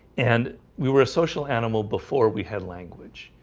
and we were a social animal before we had language.